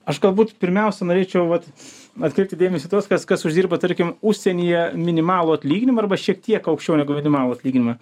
aš galbūt pirmiausia norėčiau vat atkreipti dėmesį į tuos kas kas uždirba tarkim užsienyje minimalų atlyginimą arba šiek tiek aukščiau negu minimalų atlyginimą